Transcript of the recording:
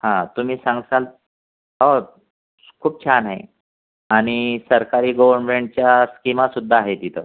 हां तुम्ही सांगशाल हो खूप छान आहे आणि सरकारी गोवरमेन्टच्या स्किमासुद्धा आहे तिथं